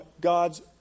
God's